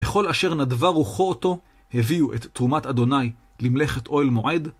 לכל אשר נדבה רוחו אותו, הביאו את תרומת אדוני למלאכת אוהל מועד.